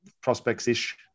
prospects-ish